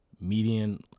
Median